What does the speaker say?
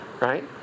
right